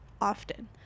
often